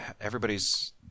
everybody's